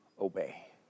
obey